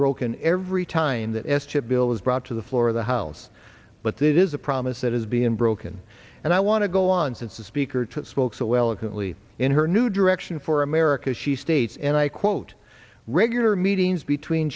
broken every time that s chip bill is brought to the floor of the house but that is a promise that has been broken and i want to go on since the speaker took spoke so eloquently in her new direction for america she states and i quote regular meetings between